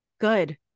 Good